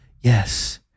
Yes